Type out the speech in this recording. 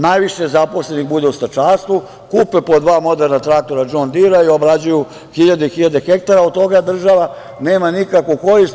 Najviše zaposlenih bude u stočarstvu, kupe po dva moderna traktora „Džon Dira“ i obrađuju hiljade i hiljade hektara, a od toga država nema nikakvu korist.